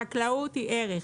חקלאות היא ערך,